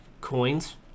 coins